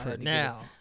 now